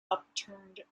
upturned